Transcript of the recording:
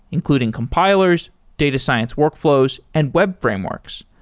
including compilers, data science workflows and web frameworks.